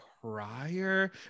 prior